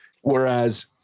Whereas